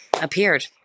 appeared